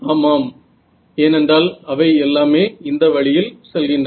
ஆமாம் ஏனென்றால் அவை எல்லாமே இந்த வழியில் செல்கின்றன